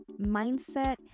mindset